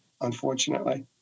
unfortunately